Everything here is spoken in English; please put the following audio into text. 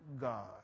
God